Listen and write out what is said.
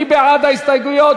מי בעד ההסתייגויות?